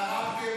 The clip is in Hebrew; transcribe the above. גררתם